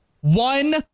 one